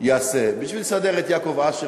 יעשה בשביל לסדר את יעקב אשר,